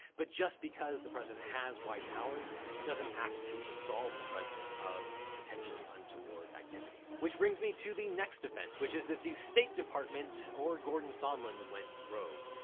but just because the president has wide power doesn't act to absolve the president of potentially untoward activity. which brings me to the next defense, which is that the state department or gordon sondland went rogue.